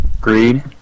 Greed